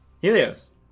Helios